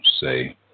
say